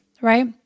right